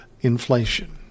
inflation